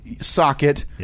socket